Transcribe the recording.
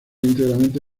íntegramente